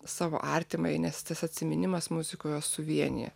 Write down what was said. savo artimąjį nes tas atsiminimas muzikoj juos suvienija